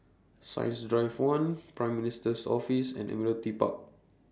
Science Drive one Prime Minister's Office and Admiralty Park